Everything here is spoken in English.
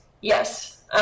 Yes